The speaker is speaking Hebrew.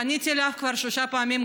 פניתי אלייך כבר שלוש פעמים,